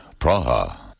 Praha